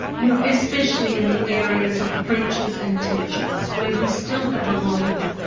you know, especially in the areas of preachers and teachers where we still have a lot of,